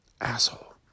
Asshole